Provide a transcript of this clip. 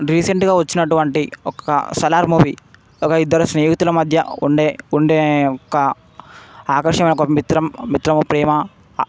రీసెంట్గా వచ్చిన అటువంటి ఒక సలార్ మూవీ ఒక ఇద్దరు స్నేహితులు మధ్య ఉండే ఉండే ఒక ఆకర్షణ ఒక మిత్రం మిత్రం ప్రేమ అ